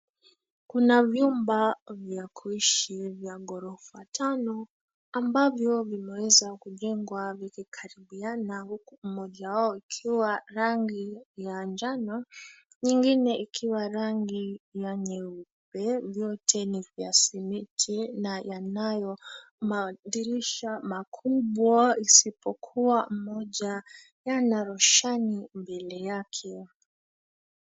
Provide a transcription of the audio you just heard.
Kuna vyumba vya kuishi vya ghorofa tano ambavyo vimeweza kujengwa vikikaribiana huku mmoja wao ikiwa rangi ya njano, nyingine ikiwa rangi la nyeupe. Vyote ni vya simiti na yanayo madirisha makubwa isipokuwa moja yenye roshani mbele yake.